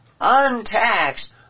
untaxed